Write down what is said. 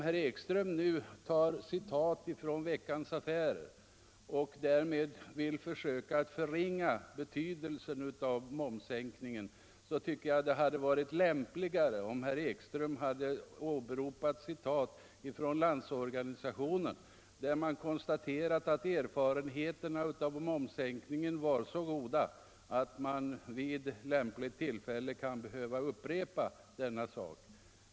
Herr Ekström tar här citat från Veckans Affärer och vill därmed förringa betydelsen av momssänkningen. Men jag tycker att det hade varit lämpligare om han hade åberopat citat från Landsorganisationen, där man konstaterat att erfarenheterna av momssänkningen varit så goda att man vid lämpligt tillfälle kan upprepa denna sak.